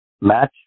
match